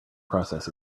process